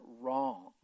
wrong